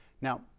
Now